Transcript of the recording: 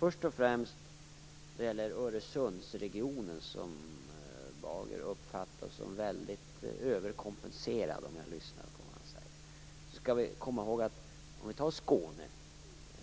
Bager uppfattar Öresundsregionen som överkompenserad, om jag lyssnar på vad han säger. Vi skall komma ihåg att Skåne